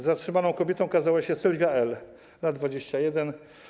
Zatrzymaną kobietą okazała się Sylwa L., lat 21.